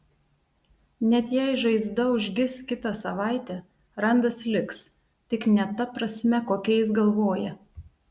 net jei žaizda užgis kitą savaitę randas liks tik ne ta prasme kokia jis galvoja